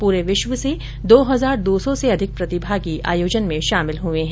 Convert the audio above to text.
पूरे विश्व से दो हजार दो सौ से अधिक प्रतिभागी आयोजन में शामिल हुए है